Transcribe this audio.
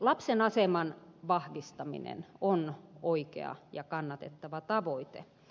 lapsen aseman vahvistaminen on oikea ja kannatettava tavoite